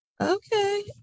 okay